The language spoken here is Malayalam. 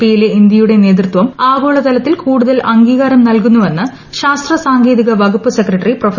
പിയിലെ ഇന്ത്യയുടെ നേതൃത്വം ആഗോള തലത്തിൽ കൂടുതൽ അംഗീകാരം നൽകുന്നുവെന്ന് ശാസ്ത്ര സാങ്കേതിക വകുപ്പ് സെക്രട്ടറി പ്രൊഫ